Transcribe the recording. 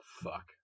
fuck